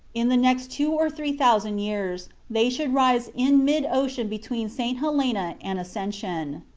in the next two or three thousand years, they should rise in mid-ocean between st. helena and ascension.